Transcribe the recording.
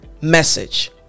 message